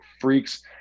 freaks